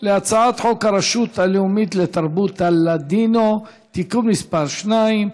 חוק הרשות הלאומית לתרבות היידיש (תיקון מס' 2),